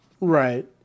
Right